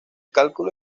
cálculo